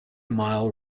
mile